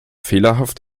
fehlerhaft